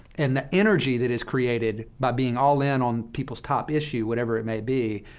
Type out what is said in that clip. and the energy that is created by being all in on people's top issue, whatever it may be,